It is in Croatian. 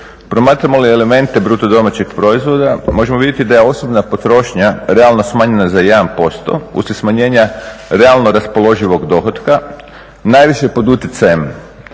Promatramo li elemente BDP-a možemo vidjeti da je osobna potrošnja realno smanjena za 1%, usred smanjenja realno raspoloživog dohotka, najviše pod utjecajem